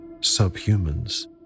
subhumans